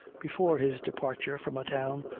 before his departure from a town,